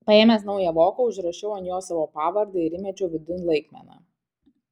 paėmęs naują voką užrašiau ant jo savo pavardę ir įmečiau vidun laikmeną